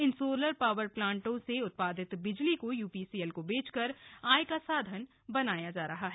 इन solar power प्लांटों से उत्पादित बिजली को यूपीसीएल को बेचकर आय का साधन बनाया जा रहा है